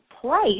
place